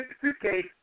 suitcase